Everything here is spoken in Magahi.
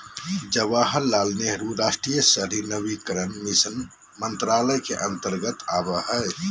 जवाहरलाल नेहरू राष्ट्रीय शहरी नवीनीकरण मिशन मंत्रालय के अंतर्गत आवो हय